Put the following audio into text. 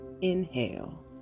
inhale